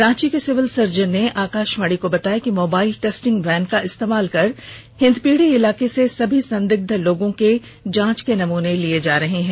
रांची के civil surgeon ने आकाशवाणी को बताया कि मोबाइल टेस्टिंग वैन का इस्तेमाल कर हिंदपीढ़ी इलाके से सभी संदिग्ध लोगों से जांच के नमूने लिये जा रहे है